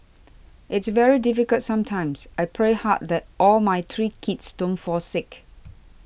it's very difficult sometimes I pray hard that all my three kids don't fall sick